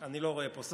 אני לא רואה פה שר.